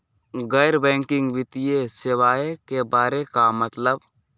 गैर बैंकिंग वित्तीय सेवाए के बारे का मतलब?